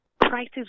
prices